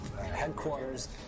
Headquarters